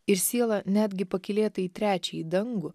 ir siela netgi pakylėta į trečiąjį dangų